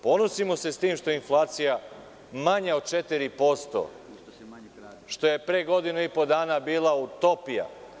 Ponosimo se s tim što jeinflacija manja od 4%, što je pre godinu i po dana bila utopija.